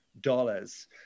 dollars